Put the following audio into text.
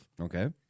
Okay